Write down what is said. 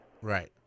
Right